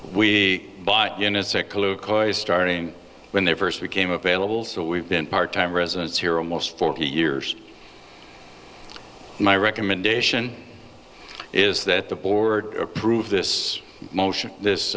we buy starting when they first became available so we've been part time residents here almost forty years my recommendation is that the board approve this motion this